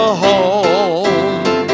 home